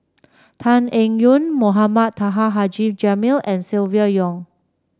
Tan Eng Yoon Mohamed Taha Haji Jamil and Silvia Yong